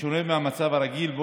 בשונה מהמצב הרגיל,